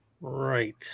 Right